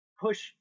push